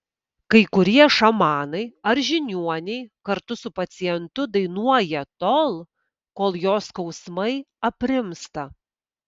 kai kurie šamanai ar žiniuoniai kartu su pacientu dainuoja tol kol jo skausmai aprimsta